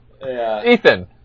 Ethan